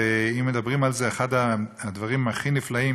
ואם מדברים על זה, את הדברים הכי נפלאים